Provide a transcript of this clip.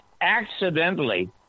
accidentally